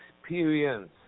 experience